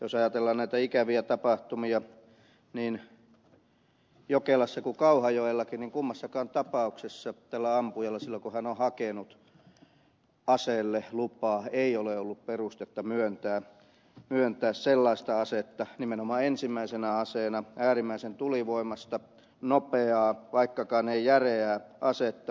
jos ajatellaan näitä ikäviä tapahtumia niin jokelassa kuin kauhajoellakin niin kummassakaan tapauksessa tälle ampujalle silloin kun hän on hakenut aseelle lupaa ei ole ollut perustetta myöntää sellaista asetta nimenomaan ensimmäisenä aseena äärimmäisen tulivoimaista nopeaa vaikkakaan ei järeää asetta